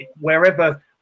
wherever